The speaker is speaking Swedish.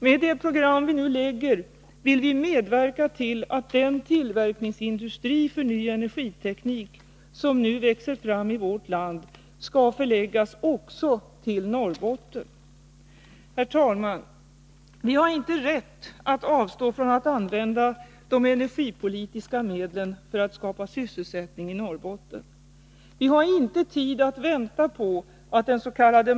Med det program vi nu lägger fram vill vi medverka till att den tillverkningsindustri för ny energiteknik som nu växer fram i vårt land skall förläggas också till Norrbotten. Herr talman! Vi har inte rätt att avstå från att använda de energipolitiska medlen för att skapa sysselsättning i Norrbotten. Vi har inte tid att vänta på attdens.k.